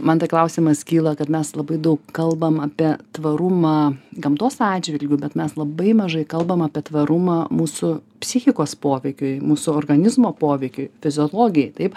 man tai klausimas kyla kad mes labai daug kalbam apie tvarumą gamtos atžvilgiu bet mes labai mažai kalbam apie tvarumą mūsų psichikos poveikiui mūsų organizmo poveikiui fiziologijai taip